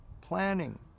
planning